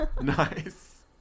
Nice